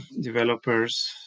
developers